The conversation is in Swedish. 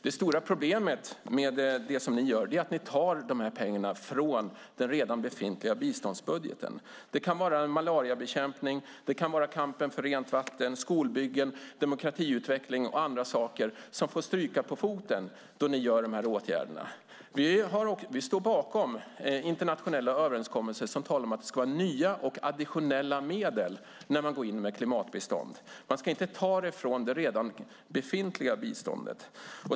Det stora problemet med det ni gör är att ni tar pengar från den redan befintliga biståndsbudgeten. Det kan vara malariabekämpning, kampen för rent vatten, skolbyggen, demokratiutveckling och andra saker som får stryka på foten då ni vidtar de här åtgärderna. Vi står bakom internationella överenskommelser som talar om att det ska vara nya och additionella medel när man går in med klimatbistånd. Man ska inte ta det från det redan befintliga biståndet.